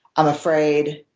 i'm afraid.